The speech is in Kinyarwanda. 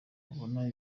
babona